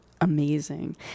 amazing